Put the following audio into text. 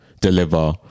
deliver